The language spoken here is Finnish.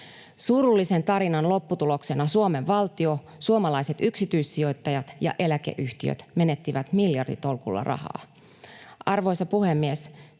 Surullisen tarinan lopputuloksena Suomen valtio, suomalaiset yksityissijoittajat ja eläkeyhtiöt menettivät miljarditolkulla rahaa. Arvoisa puhemies!